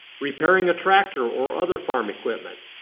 repairing a tractor or other farm equipment,